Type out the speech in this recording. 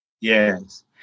yes